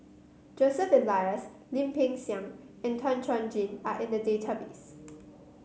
Joseph Elias Lim Peng Siang and Tan Chuan Jin are in the database